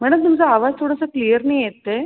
madam तुमचा आवाज थोडासा क्लिअर नाही येत आहे